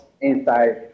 inside